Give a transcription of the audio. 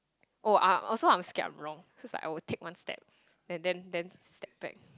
oh I'm also I'm scared I'm wrong cause I will take one step and then then step back